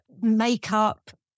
makeup